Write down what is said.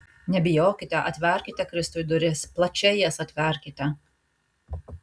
nebijokite atverkite kristui duris plačiai jas atverkite